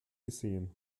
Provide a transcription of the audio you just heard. gesehen